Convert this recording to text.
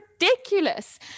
ridiculous